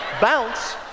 bounce